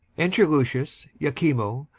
enter lucius, iachimo,